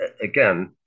again